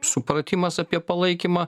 supratimas apie palaikymą